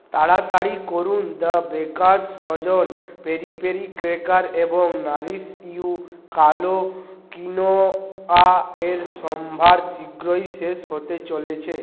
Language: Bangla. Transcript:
তাড়াতাড়ি করুন The Baker's Dozen peri peri cracker এবং নাারিশ ইউ কালো কিনোয়ার সম্ভার শীঘ্রই শেষ হতে চলেছে